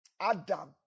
Adam